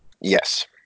Yes